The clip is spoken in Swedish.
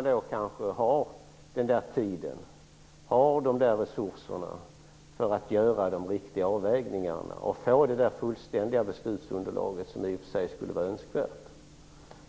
Det är kanske inte alltid man har tid och resurser för att göra de riktiga avvägningarna och få det fullständiga beslutsunderlag som i och för sig skulle vara önskvärt.